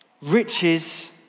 Riches